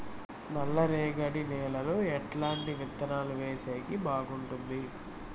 నల్లరేగడి నేలలో ఎట్లాంటి విత్తనాలు వేసేకి బాగుంటుంది?